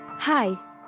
Hi